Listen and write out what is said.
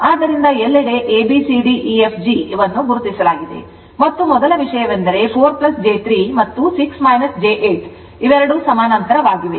ಆದ್ದರಿಂದ ಎಲ್ಲೆಡೆ abcdefg ಇದನ್ನು ಗುರುತಿಸಲಾಗಿದೆ ಮತ್ತು ಮೊದಲ ವಿಷಯವೆಂದರೆ 4 j 3 ಮತ್ತು 6 j 8 ಇವೆರಡೂ ಸಮಾನಾಂತರವಾಗಿವೆ